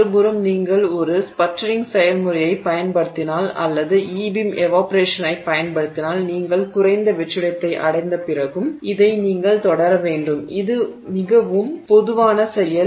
மறுபுறம் நீங்கள் ஒரு ஸ்பட்டரிங் செயல்முறையைப் பயன்படுத்தினால் அல்லது ஈ பீம் எவாப்பொரேஷனைப் பயன்படுத்தினால் நீங்கள் குறைந்த வெற்றிடத்தை அடைந்த பிறகும் இதை நீங்கள் தொடர வேண்டும் இது மிகவும் மெதுவான செயல்